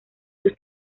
sus